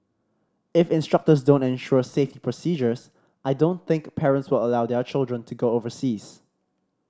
if instructors don't ensure safety procedures I don't think parents will allow their children to go overseas